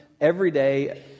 everyday